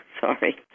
Sorry